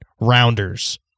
Rounders